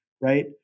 right